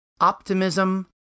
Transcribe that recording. optimism